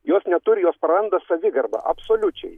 jos neturi jos prarandą savigarbą absoliučiai